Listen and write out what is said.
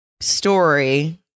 story